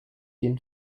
den